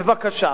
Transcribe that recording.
בבקשה,